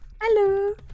Hello